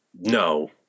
no